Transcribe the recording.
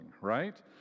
right